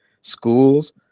schools